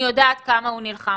אני יודעת כמה הם נלחמים.